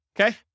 Okay